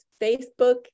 Facebook